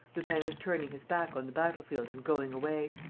lupin was turning his back on the battlefield and going away,